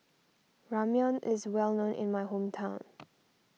Ramyeon is well known in my hometown